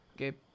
Okay